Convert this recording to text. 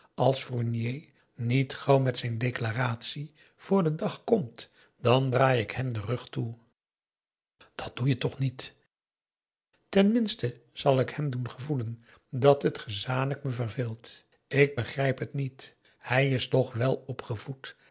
als fournier niet gauw met zijn declaratie voor den dag komt dan draai ik hem den rug toe dat doe je t o c h niet ten minste zal ik hem doen gevoelen dat het gezanik me verveelt ik begrijp het niet hij is toch welopgevoed